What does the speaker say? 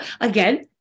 again